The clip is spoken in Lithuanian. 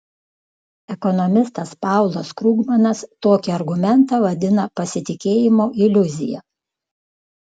ekonomistas paulas krugmanas tokį argumentą vadina pasitikėjimo iliuzija